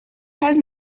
has